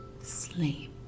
sleep